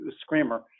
screamer